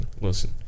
listen